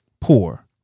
Poor